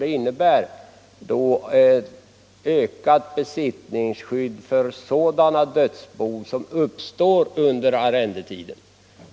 Det innebär ökat besittningsskydd för sådana dödsbon som uppstår under arrendetiden.